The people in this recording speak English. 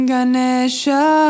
Ganesha